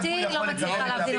איך הוא יכול לקבל מהאפליקציה?